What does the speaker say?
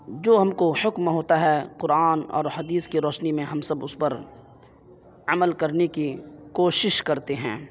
جو ہم کو حکم ہوتا ہے قرآن اور حدیث کے روشنی میں ہم سب اس پر عمل کرنے کی کوشش کرتے ہیں